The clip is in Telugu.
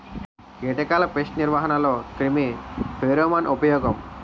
కీటకాల పేస్ట్ నిర్వహణలో క్రిమి ఫెరోమోన్ ఉపయోగం